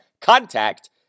contact